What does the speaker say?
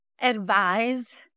advise